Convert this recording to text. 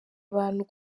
abantu